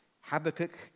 Habakkuk